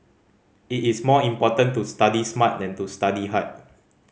it is more important to study smart than to study hard